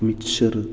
മിച്ചറ്